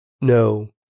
No